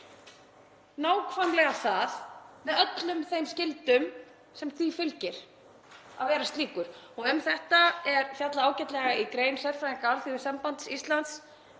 nákvæmlega það, með öllum þeim skyldum sem því fylgir að vera slíkur. Um þetta er fjallað ágætlega í grein sérfræðinga Alþýðusambands Íslands